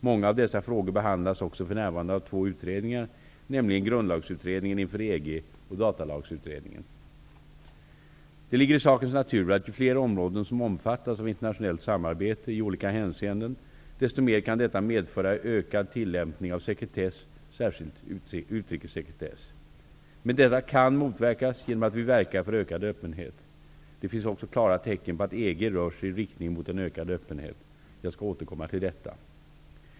Många av dessa frågor behandlas också för närvarande av två utredningar, nämligen Det ligger i sakens natur att ju fler områden som omfattas av internationellt samarbete i olika hänseenden, desto mer kan detta medföra ökad tillämpning av sekretess, särskilt utrikessekretess. Men detta kan motverkas genom att vi verkar för ökad öppenhet. Det finns också klara tecken på att EG rör sig i riktning mot en ökad öppenhet. Jag skall återkomma till detta.